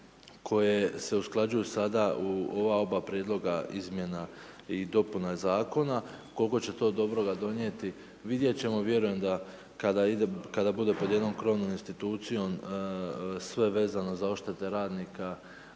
koje se usklađuju sada u ova oba prijedloga izmjena i dopuna zakona, koliko će to dobroga donijeti, vidjet ćemo, vjerujem da kada bude pod jednom krovnom institucijom sve vezano za odštete radnika